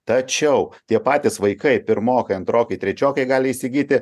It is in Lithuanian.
tačiau tie patys vaikai pirmokai antrokai trečiokai gali įsigyti